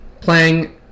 playing